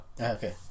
Okay